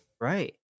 right